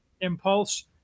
impulse